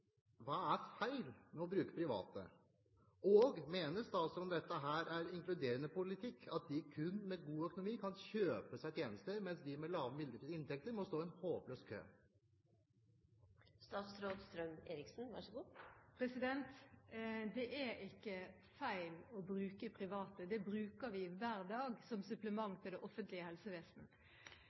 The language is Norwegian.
å bruke private? Mener statsråden det er inkluderende politikk at kun de med god økonomi kan kjøpe seg tjenester, mens de med lavere og midlere inntekter må stå i en håpløs kø? Det er ikke feil å bruke private. Det bruker vi hver dag som supplement til det offentlige